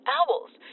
owls